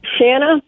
Shanna